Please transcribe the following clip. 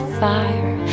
fire